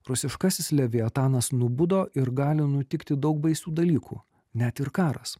rusiškasis leviatanas nubudo ir gali nutikti daug baisių dalykų net ir karas